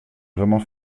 vraiment